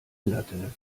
latte